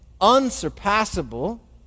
unsurpassable